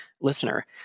listener